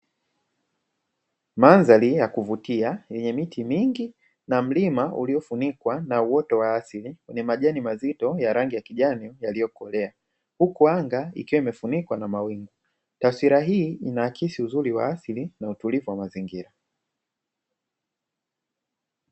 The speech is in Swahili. Mandhari ya kuvutia yenye miti mingi na mlima uliofunikwa na uoto wa asili wenye majani mazito ya rangi ya kijani yaliyokolea, huku anga ikiwa imefunikwa na mawingu. Taswira hii inahakisi uzuri wa asili na utulivu wa mazingira.